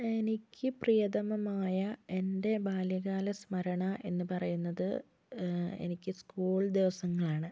എനിക്ക് പ്രിയതമമായ എൻ്റെ ബാല്യകാല സ്മരണ എന്ന് പറയുന്നത് എനിക്ക് സ്കൂൾ ദിവസങ്ങളാണ്